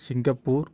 Singapore